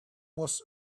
was